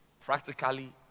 practically